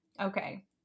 Okay